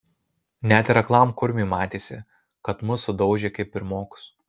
net ir aklam kurmiui matėsi kad mus sudaužė kaip pirmokus